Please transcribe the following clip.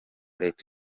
leta